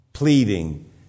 pleading